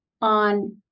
on